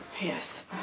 Yes